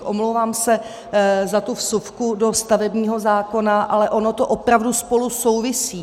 Omlouvám se za tu vsuvku do stavebního zákona, ale ono to opravdu spolu souvisí.